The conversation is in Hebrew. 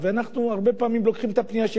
הרבה פעמים אנחנו לוקחים את הפנייה שלהם